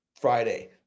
Friday